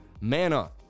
Mana